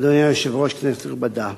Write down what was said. אדוני היושב-ראש, כנסת נכבדה,